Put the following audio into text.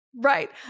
Right